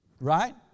right